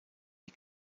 die